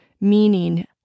meaning